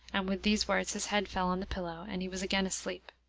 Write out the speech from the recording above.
and with these words his head fell on the pillow, and he was again asleep.